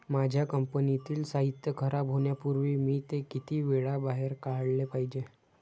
माझ्या कंपनीतील साहित्य खराब होण्यापूर्वी मी ते किती वेळा बाहेर काढले पाहिजे?